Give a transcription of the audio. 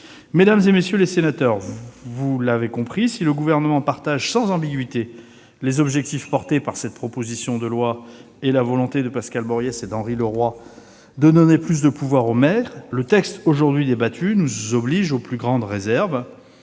Mesdames, messieurs les sénateurs, vous l'aurez compris, si le Gouvernement partage sans ambiguïté les objectifs sous-tendant cette proposition de loi, ainsi que la volonté de Pascale Bories et de Henry Leroy de donner plus de pouvoirs aux maires, le texte examiné aujourd'hui nous oblige aux plus grandes réserves.